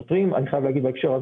אני חייב להגיד בהקשר הזה,